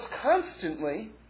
constantly